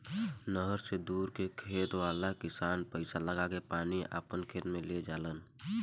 नहर से दूर के खेत वाला किसान पाइप लागा के पानी आपना खेत में ले जालन